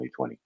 2020